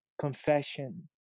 Confession